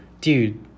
Dude